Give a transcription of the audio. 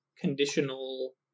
conditional